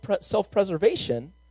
self-preservation